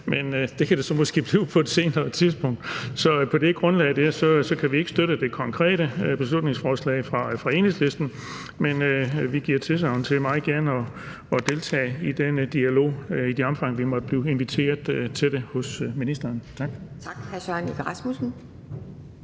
men det kan det måske blive på et senere tidspunkt. På det grundlag kan vi ikke støtte det konkrete beslutningsforslag fra Enhedslisten, men vi giver tilsagn til meget gerne at ville deltage i den dialog i det omfang, vi måtte blive inviteret til det hos ministeren. Tak. Kl. 12:38 Anden næstformand